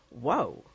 whoa